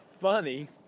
funny